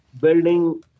building